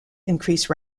increase